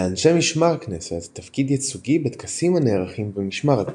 לאנשי משמר הכנסת תפקיד ייצוגי בטקסים הנערכים במשכן הכנסת,